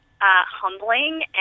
humbling